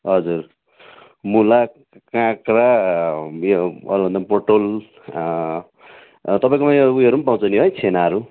हजुर मुला काँक्रा उयो पोटल तपाईँकोमा उयोहरू पनि पाउँछ है छेनाहरू